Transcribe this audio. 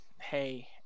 hey